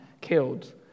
killed